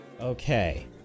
Okay